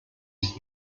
ist